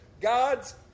God's